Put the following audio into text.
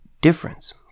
difference